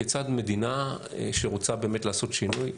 כיצד מדינה שרוצה באמת לעשות שינוי,